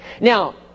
Now